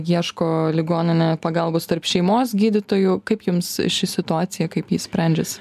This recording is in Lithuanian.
ieško ligoninėje pagalbos tarp šeimos gydytojų kaip jums ši situacija kaip ji sprendžiasi